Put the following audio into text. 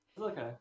Okay